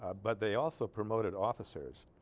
but they also promoted officers